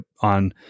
on